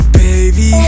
baby